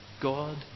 God